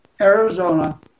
Arizona